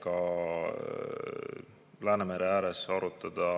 kolleegidega Läänemere ääres arutada